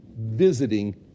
visiting